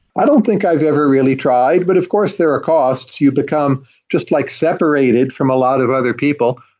i don't think i've ever really tried, but of course there are costs. you become just like separated from a lot of other people,